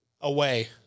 Away